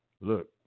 look